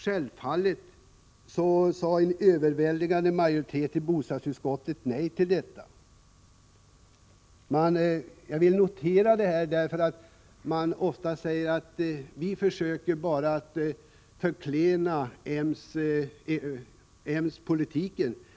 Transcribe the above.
Självfallet sade en överväldigande majoritet av bostadsutskottet nej till detta. Jag vill redovisa denna bakgrund, eftersom det ofta sägs att vi bara försöker förklena moderaternas politik.